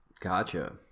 gotcha